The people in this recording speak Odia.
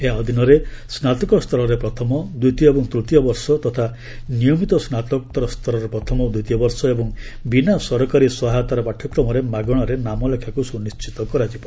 ଏହା ଅଧୀନରେ ସ୍ନାତକ ସ୍ତରରେ ପ୍ରଥମ ଦ୍ୱିତୀୟ ଏବଂ ତୃତୀୟ ବର୍ଷ ତଥା ନିୟମିତ ସ୍ନାତକୋତ୍ତର ସ୍ତରର ପ୍ରଥମ ଓ ଦ୍ୱିତୀୟ ବର୍ଷ ଏବଂ ବିନା ସରକାରୀ ସହାୟତାର ପାଠ୍ୟକ୍ରମରେ ମାଗଣାରେ ନାମ ଲେଖାକୁ ସୁନିଣ୍ଠିତ କରାଯିବ